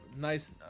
nice